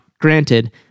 granted